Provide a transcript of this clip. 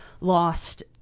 lost